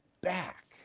back